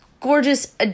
gorgeous